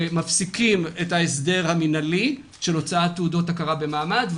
שמפסיקים את ההסדר המינהלי של הוצאת תעודות הכרה במעמד,